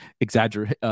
exaggerate